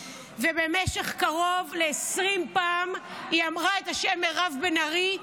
ובמשך קרוב ל-20 פעם היא אמרה את השם מירב בן ארי,